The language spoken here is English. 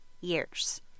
years